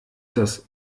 das